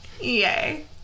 Yay